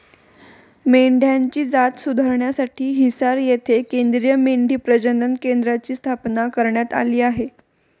मेंढ्यांची जात सुधारण्यासाठी हिसार येथे केंद्रीय मेंढी प्रजनन केंद्राची स्थापना करण्यात आली आहे